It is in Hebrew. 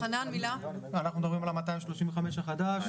אנחנו מדברים על ה-235 החדש,